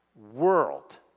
world